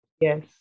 Yes